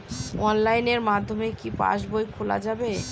অনলাইনের মাধ্যমে কি পাসবই খোলা যাবে?